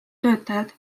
töötajad